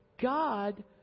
God